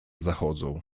zachodzą